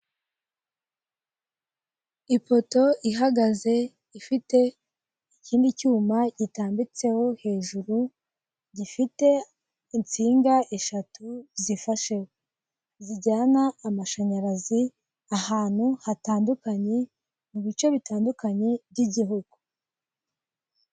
Ipoto ihagaze ifite ikindi cyuma gitambitseho hejuru gifite insinga eshatu zifasheho, zijyana amashanyarazi ahantu hatandukanye mu bice bitandukanye by'igihugu.